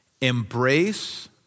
Embrace